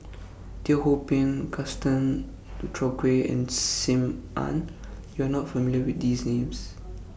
Teo Ho Pin Gaston Dutronquoy and SIM Ann YOU Are not familiar with These Names